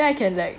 then I can like